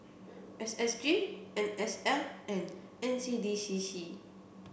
S S G N S L and N C D C C